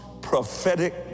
prophetic